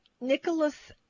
Nicholas